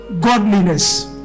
Godliness